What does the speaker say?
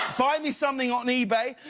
buy me something on ebay.